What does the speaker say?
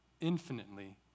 infinitely